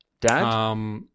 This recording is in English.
Dad